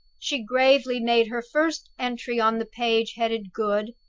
she gravely made her first entry on the page headed good,